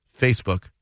Facebook